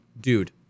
dude